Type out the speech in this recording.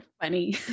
funny